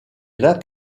lacs